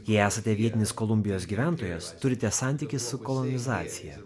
jei esate vietinis kolumbijos gyventojas turite santykį su kolonizacija